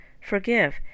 forgive